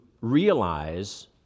realize